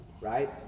Right